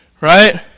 Right